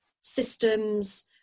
systems